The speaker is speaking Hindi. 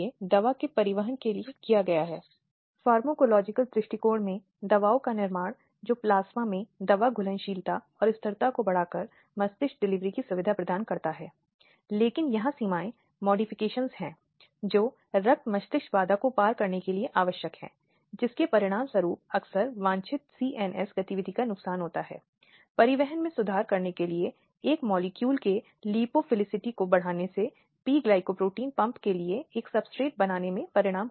इसलिए यदि कोई यौन उत्पीड़न की परिभाषा में देखता है जैसा कि अपराध के लिए निर्धारित किया गया है तो वे कमोबेश एक ही परिभाषा हैं जिसमें शारीरिक उन्नति और अधिवास शामिल हैं यौन एहसानों के लिए अनुरोध अश्लील साहित्य सहित अश्लील टिप्पणी